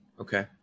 Okay